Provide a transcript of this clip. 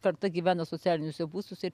karta gyvena socialiniuose būstuose